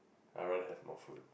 I rather have more food